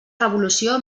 revolució